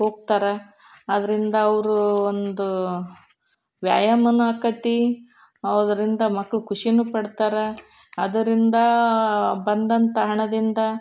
ಹೋಗ್ತಾರೆ ಅದರಿಂದ ಅವರು ಒಂದು ವ್ಯಾಯಾಮನೂ ಆಕೈತಿ ಅದರಿಂದ ಮಕ್ಕಳು ಖುಷಿನೂ ಪಡ್ತಾರ ಅದರಿಂದ ಬಂದಂಥ ಹಣದಿಂದ